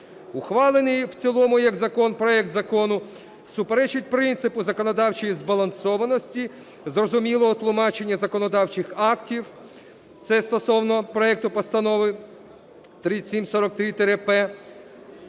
ухвалений в цілому як закон проект закону суперечить принципу законодавчої збалансованості, зрозумілого тлумачення законодавчих актів (це стосовно проекту Постанови